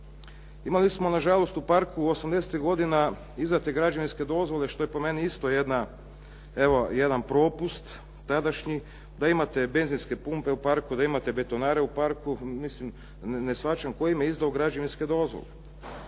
Imali smo nažalost u parku osamdesetih godina izdate građevinske dozvole, što je po meni isto jedna, evo jedan propust tadašnji da imate benzinske pumpe u parku, da imate betonare u parku. Mislim, ne shvaćam tko im je izdao građevinske dozvole.